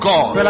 God